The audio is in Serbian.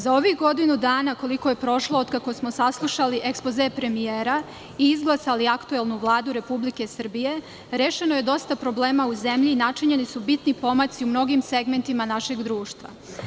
Za ovih godinu dana, koliko je prošlo od kako smo saslušali ekspoze premijera i izglasali aktuelnu Vladu Republike Srbije, rešeno je dosta problema u zemlji i načinjeni su bitni pomaci u mnogim segmentima našeg društva.